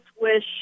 wish